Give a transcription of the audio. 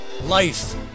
Life